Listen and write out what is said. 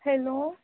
hello